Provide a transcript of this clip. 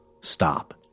stop